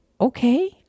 okay